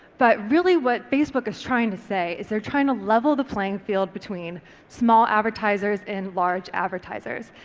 but really what facebook is trying to say is they're trying to level the playing field between small advertisers and large advertisers.